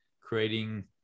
creating